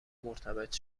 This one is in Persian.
مرتبط